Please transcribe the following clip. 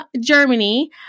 Germany